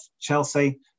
Chelsea